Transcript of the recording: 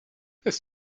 ist